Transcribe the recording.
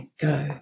go